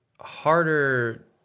harder